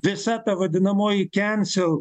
visa ta vadinamoji kensel